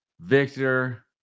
Victor